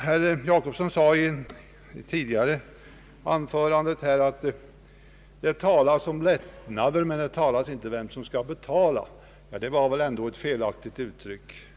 Herr Gösta Jacobsson sade i sitt tidigare anförande att det talas om lätt nader men inte om vem som skall betala. Det var väl ändå ett felaktigt uttryck.